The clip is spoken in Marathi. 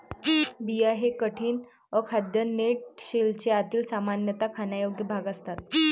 बिया हे कठीण, अखाद्य नट शेलचे आतील, सामान्यतः खाण्यायोग्य भाग असतात